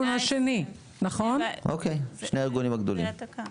אוקיי, שני הארגונים הגדולים.